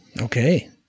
Okay